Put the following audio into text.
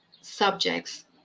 subjects